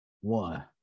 one